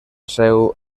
seu